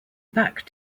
back